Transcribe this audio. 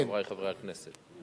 חברי חברי הכנסת,